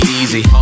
easy